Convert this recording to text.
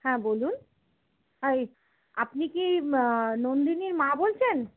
হ্যাঁ বলুন আপনি কি নন্দিনীর মা বলছেন